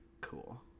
cool